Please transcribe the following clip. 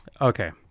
Okay